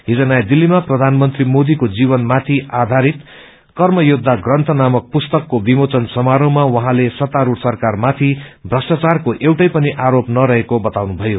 हिज नयौं दिल्लमा प्रधानमन्त्री मोदीको जीवनमाथि आधारित कर्म योद्धा ग्रन्थ नामक पुस्तकको विमोचन समारोहमा उहाँले सत्तारूढ़ सरकारमाथि भ्रष्टाचारको एउटै पनि आरोप नरहेको बताउनुषयो